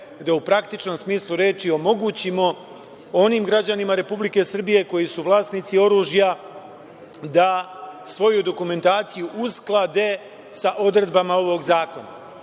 da u praktičnom smislu reči omogućimo onim građanima Republike Srbije koji su vlasnici oružja da svoju dokumentaciju usklade sa odredbama ovog zakona. Zbog